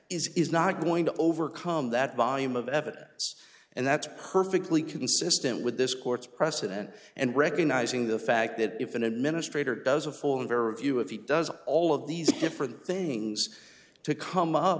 has is not going to overcome that volume of evidence and that's perfectly consistent with this court's precedent and recognizing the fact that if an administrator does a full and fair review if he does all of these different things to come up